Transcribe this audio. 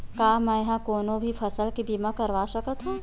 का मै ह कोनो भी फसल के बीमा करवा सकत हव?